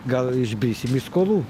gal išbrisim iš skolų